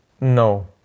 no